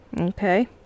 Okay